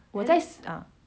我在 uh